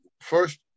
first